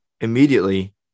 Immediately